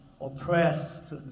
oppressed